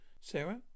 Sarah